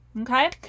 Okay